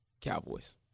Cowboys